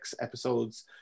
episodes